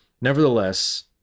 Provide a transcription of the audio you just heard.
Nevertheless